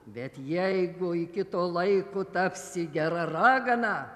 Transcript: bet jeigu iki to laiko tapsi gera ragana